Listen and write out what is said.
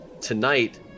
tonight